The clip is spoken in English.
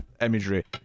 imagery